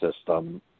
system